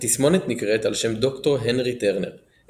התסמונת נקראת על שם ד"ר הנרי טרנר ,